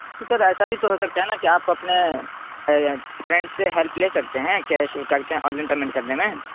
تو سر ایسا بھی تو ہو سکتا ہے نا کہ آپ اپنے فرینڈ سے ہیلپ لے سکتے ہیں کیش کر کے آن لائن پیمنٹ کرنے میں